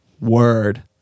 Word